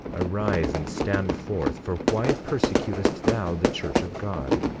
arise and stand forth, for why persecutest thou the church of god?